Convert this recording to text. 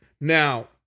now